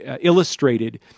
illustrated